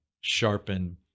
sharpen